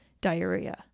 diarrhea